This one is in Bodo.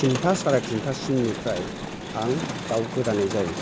थिनथा साराइ थिनथासिमनिफ्राय आं दाव गोदानाय जायो